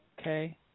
okay